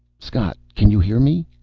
scott, can you hear me?